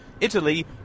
Italy